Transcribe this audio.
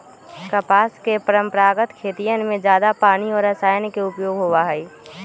कपास के परंपरागत खेतियन में जादा पानी और रसायन के उपयोग होबा हई